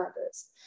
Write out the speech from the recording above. others